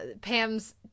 Pam's